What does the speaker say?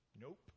Nope